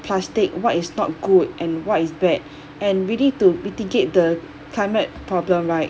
plastic what is not good and what is bad and really to mitigate the climate problem right